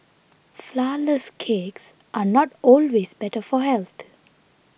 Flourless Cakes are not always better for health